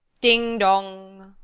ding, dong!